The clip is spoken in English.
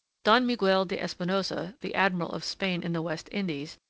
don miguel de espinosa, the admiral of spain in the west indies,